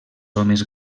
homes